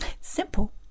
simple